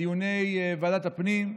בדיוני ועדת הפנים,